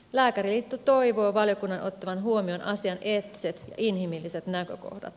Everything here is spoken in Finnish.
lääkäriliitto toivoo valiokunnan ottavan huomioon asian eettiset ja inhimilliset näkökohdat